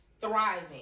thriving